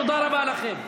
תודה רבה לכם.